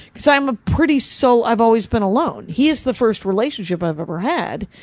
cause i'm a pretty. so i've always been alone. he is the first relationship i've ever had.